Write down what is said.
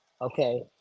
Okay